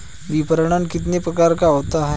विपणन कितने प्रकार का होता है?